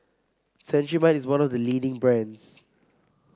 Cetrimide is one of the leading brands